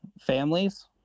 families